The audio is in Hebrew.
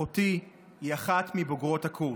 אחותי, היא אחת מבוגרות הקורס.